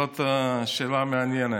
זאת שאלה מעניינת.